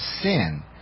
sin